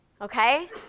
okay